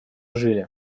жили